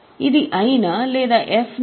ఇది I నా లేదా ఎఫ్ నా